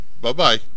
Bye-bye